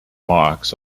marks